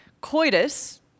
coitus